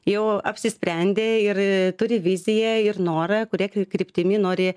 jau apsisprendė ir turi viziją ir norą kuria kry kryptimi nori